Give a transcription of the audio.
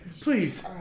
please